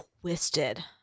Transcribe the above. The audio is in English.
twisted